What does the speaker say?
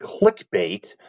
clickbait